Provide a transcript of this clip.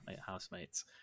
housemates